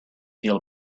feel